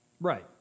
Right